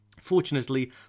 Fortunately